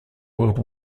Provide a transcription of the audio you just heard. world